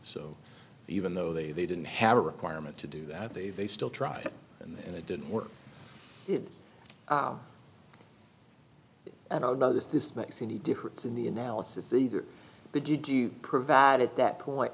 so even though they didn't have a requirement to do that they they still tried it and it didn't work and i don't know if this makes any difference in the analysis either but did you provide at that point